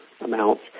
amounts